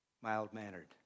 mild-mannered